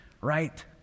right